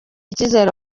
icyizere